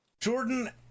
Jordan